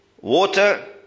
water